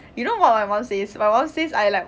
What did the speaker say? you know what my mum says my mum says I like